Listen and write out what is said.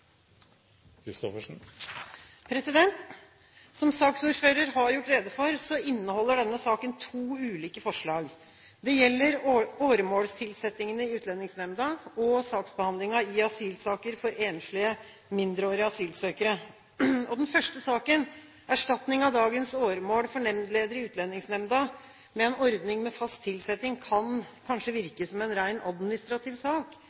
Som saksordføreren har gjort rede for, inneholder denne saken to ulike forslag. Det gjelder åremålstilsettingene i Utlendingsnemnda og saksbehandlingen i asylsaker for enslige, mindreårige asylsøkere. Den første saken, erstatning av dagens åremålstilsettinger for nemndledere i Utlendingsnemnda med en ordning med fast tilsetting, kan kanskje virke som en rent administrativ sak.